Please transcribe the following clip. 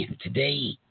today